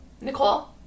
Nicole